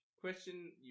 question